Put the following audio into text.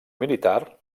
militar